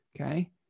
okay